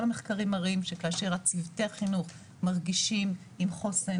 כל המחקרים מראים שכאשר צוותי החינוך מרגישים עם חוסן,